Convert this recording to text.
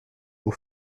pour